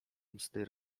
msty